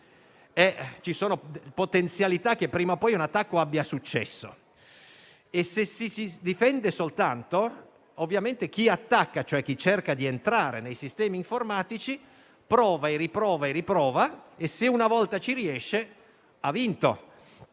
vi sono possibilità che prima o poi un attacco abbia successo e se ci si difende soltanto, ovviamente chi attacca, cioè chi cerca di entrare nei sistemi informatici, prova e riprova e se una volta ci riesce ha vinto,